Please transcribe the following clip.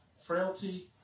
frailty